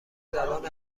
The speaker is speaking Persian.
زبان